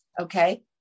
Okay